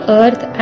earth